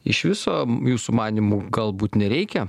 iš viso jūsų manymu galbūt nereikia